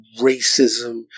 racism